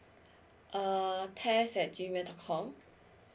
err test at G mail dot com